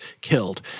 killed